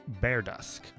Beardusk